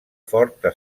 forta